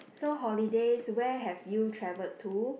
so holidays where have you traveled to